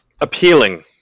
appealing